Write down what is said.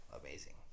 Amazing